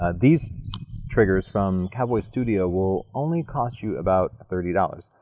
ah these triggers from cowboystudio will only cost you about thirty dollars.